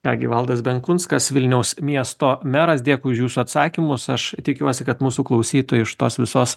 ką gi valdas benkunskas vilniaus miesto meras dėkui už jūsų atsakymus aš tikiuosi kad mūsų klausytojai iš tos visos